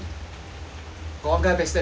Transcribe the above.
got one guy back stab me you know